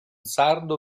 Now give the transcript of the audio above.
sardo